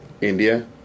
India